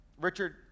Richard